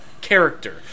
character